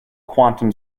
quantum